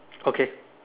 okay